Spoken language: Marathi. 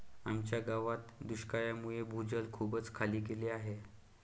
आमच्या गावात दुष्काळामुळे भूजल खूपच खाली गेले आहे